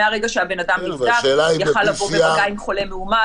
מרגע שבן אדם נבדק הוא יכל לבוא במגע עם חולה מאומת,